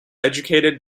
educated